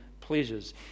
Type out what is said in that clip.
pleasures